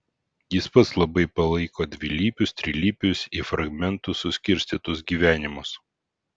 jis pats labai palaiko dvilypius trilypius į fragmentus suskirstytus gyvenimus